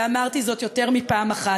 ואמרתי זאת יותר מפעם אחת,